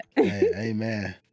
Amen